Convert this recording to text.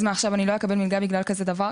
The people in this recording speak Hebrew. אז מה, עכשיו אני לא אקבל מלגה בגלל כזה דבר?